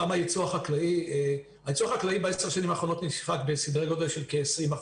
הייצוא החקלאי בעשר השנים האחרונות הופחת בסדרי-גודל של כ-20%.